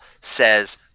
says